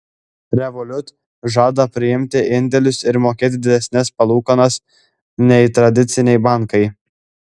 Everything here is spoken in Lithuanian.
revolut žada priimti indėlius ir mokėti didesnes palūkanas nei tradiciniai bankai